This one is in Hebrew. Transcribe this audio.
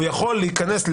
הוא יכול להיכנס,